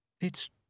It's